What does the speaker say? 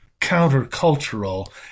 countercultural